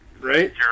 Right